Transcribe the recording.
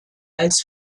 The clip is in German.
als